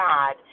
God